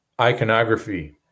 iconography